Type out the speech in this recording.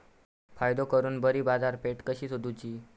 फायदो करून बरी बाजारपेठ कशी सोदुची?